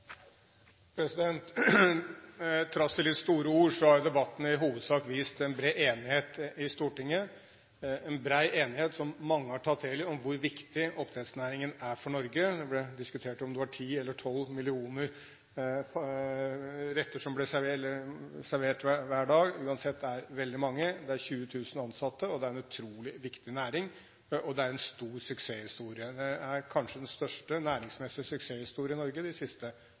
litt store ord har debatten i hovedsak vist at det er en bred enighet i Stortinget – en bred enighet som mange har tatt del i – om hvor viktig oppdrettsnæringen er for Norge. Det ble diskutert om det var ti eller tolv millioner retter som ble servert hver dag – uansett er det veldig mange. Det er 20 000 ansatte, det er en utrolig viktig næring, og det er en stor suksesshistorie. Det er kanskje den største næringsmessige suksesshistorien i Norge de siste